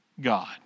God